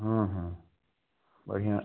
हाँ हाँ बढ़िया